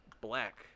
black